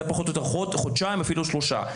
חודש, חודשיים, אפילו שלושה.